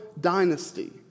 dynasty